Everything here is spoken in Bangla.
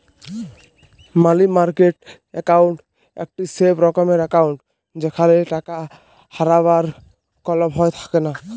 মালি মার্কেট একাউন্ট একটি স্যেফ রকমের একাউন্ট যেখালে টাকা হারাবার কল ভয় থাকেলা